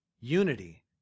Unity